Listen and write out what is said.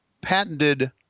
patented